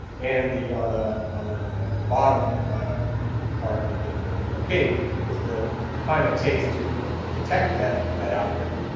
and the on the on the the the bottom part of in in the pink is the time it takes to detect that that outbreak.